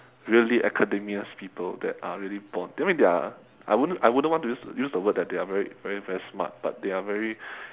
really academias people that are really born I mean they are I wouldn't I wouldn't want to use use the word that they are very very smart but they are very